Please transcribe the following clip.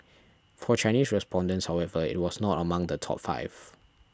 for Chinese respondents however it was not among the top five